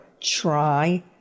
try